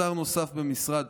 שר נוסף במשרד),